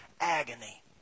agony